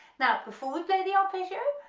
now before we play the arpeggio,